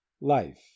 LIFE